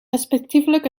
respectievelijk